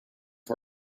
for